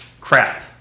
crap